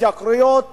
התייקרויות